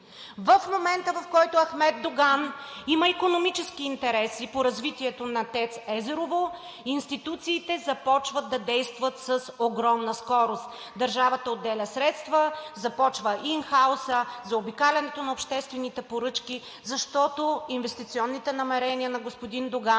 В момента, в който Ахмед Доган има икономически интереси по развитието на ТЕЦ „Езерово“, институциите започват да действат с огромна скорост – държавата отделя средства, започва ин хаус-ът, заобикалянето на обществените поръчки, защото инвестиционните намерения на господин Доган